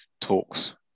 talks